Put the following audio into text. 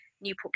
Newport